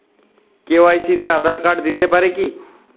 KYC তে Aadhaar card দিতে পারি কি?